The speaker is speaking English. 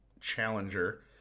challenger